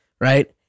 right